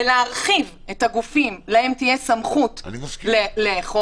בהרחבה של הגופים שלהם תהיה סמכות לאכוף,